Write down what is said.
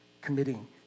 committing